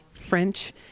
French